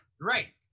Right